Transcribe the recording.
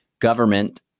government